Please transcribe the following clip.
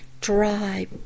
dry